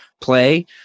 play